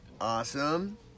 Awesome